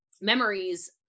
memories